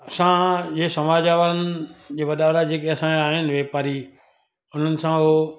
असांजे समाज वारनि जेके वॾा वॾा जेके असांजा आहिनि वेपारी उन्हनि सां उहो